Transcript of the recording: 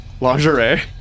Lingerie